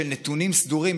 של נתונים סדורים,